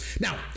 Now